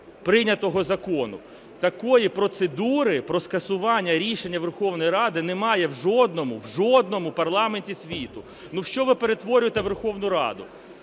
прийнятого закону. Такої процедури про скасування рішення Верховної Ради немає в жодному, в жодному парламенті світу. Ну, в що ви перетворюєте Верховну Раду?